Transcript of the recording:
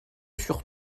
sur